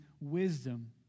wisdom